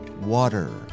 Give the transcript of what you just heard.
water